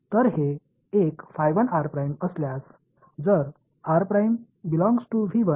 எனவே இதிலிருந்து நாம் பெறக்கூடிய பிஸிக்கல் விளக்கங்கள் என்ன